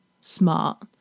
smart